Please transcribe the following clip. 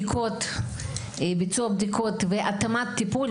ביצוע בדיקות והתאמת הטיפול.